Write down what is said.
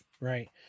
right